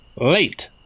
Late